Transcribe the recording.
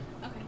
Okay